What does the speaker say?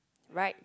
right